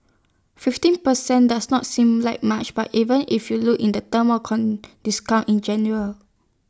fifteen per cent does not sing like much but even if you look in the term discount in general